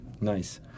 Nice